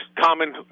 common